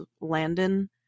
landon